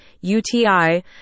UTI